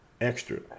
extra